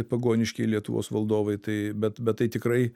pagoniški lietuvos valdovai tai bet bet tai tikrai